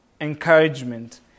encouragement